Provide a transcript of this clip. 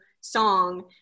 song